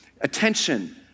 Attention